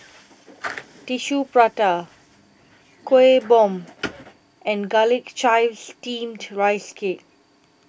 Tissue Prata Kueh Bom and Garlic Chives Steamed Rice Cake